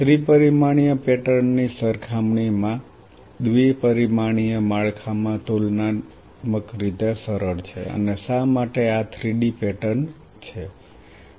ત્રિ પરમાણીય પેટર્ન ની સરખામણીમાં દ્વિ પરિમાણીય માળખામાં તુલનાત્મક રીતે સરળ છે અને શા માટે આ 3 ડી પેટર્ન છે